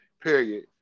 period